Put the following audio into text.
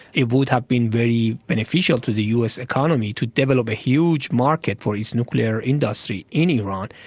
it would have been very beneficial to the us economy to develop a huge market for its nuclear industry in iran,